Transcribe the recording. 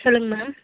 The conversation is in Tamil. சொல்லுங்கள் மேம்